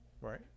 Right